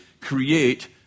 create